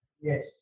Yes